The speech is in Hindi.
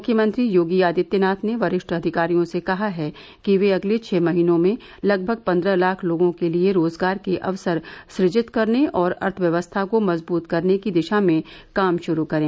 मुख्यमंत्री योगी आदित्यनाथ ने वरिष्ठ अधिकारियों से कहा है कि ये अगले छह महीनों में लगभग पन्द्रह लाख लोगों के लिए रोजगार के अवसर सृजित करने और अर्थव्यवस्था को मजबूत करने की दिशा में काम शुरू करें